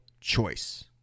choice